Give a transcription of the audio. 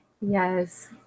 Yes